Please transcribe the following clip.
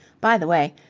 by the way,